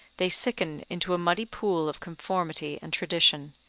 they sicken into a muddy pool of conformity and tradition.